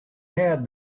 had